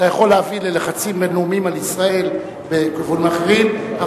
אתה יכול להביא ללחצים בין-לאומיים על ישראל בכיוונים אחרים.